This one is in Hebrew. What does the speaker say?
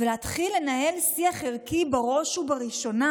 להתחיל לנהל שיח ערכי, בראש ובראשונה